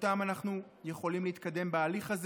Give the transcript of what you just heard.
ושבזכותם אנחנו יכולים להתקדם בהליך הזה